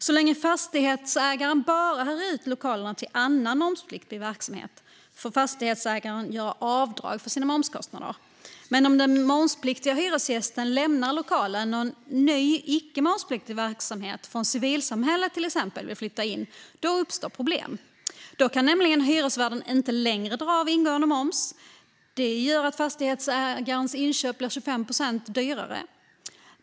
Så länge fastighetsägaren bara hyr ut lokalerna till en annan momspliktig verksamhet får fastighetsägaren göra avdrag för sina momskostnader. Men om den momspliktiga hyresgästen lämnar lokalen och en ny icke momspliktig verksamhet från till exempel civilsamhället vill flytta in uppstår problem. Då kan hyresvärden nämligen inte längre dra av ingående moms. Det gör att fastighetsägarens inköp blir 25 procent dyrare.